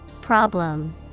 Problem